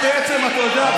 אתה יודע,